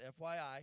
FYI